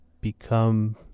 become